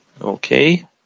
Okay